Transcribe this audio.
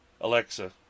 Alexa